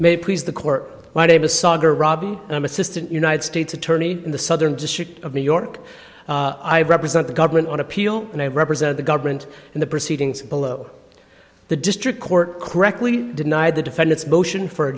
may please the court my name is saager robbie and i'm assistant united states attorney in the southern district of new york i represent the government on appeal and i represent the government in the proceedings below the district court correctly denied the defendant's motion for a